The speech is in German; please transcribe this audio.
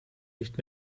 nicht